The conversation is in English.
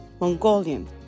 Mongolian